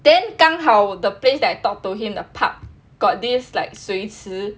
then 刚好 the place that I talk to him the park got this like 水池